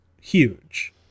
huge